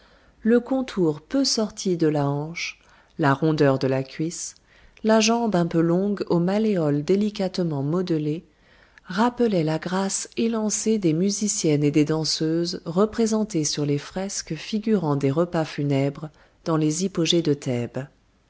le contour peu sorti de la hanche la rondeur de la cuisse la jambe un peu longue aux malléoles délicatement modelées rappelaient la grâce élancée des musiciennes et des danseuses représentées sur les fresques figurant des repas funèbres dans les hypogées de thèbes